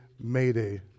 mayday